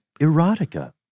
Erotica